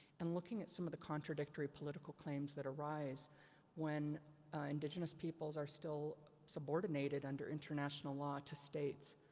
and looking at some of the contradictory political claims that arise when indigenous peoples are still subordinated under international law to states.